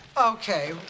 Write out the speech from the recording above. Okay